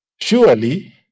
Surely